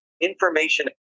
information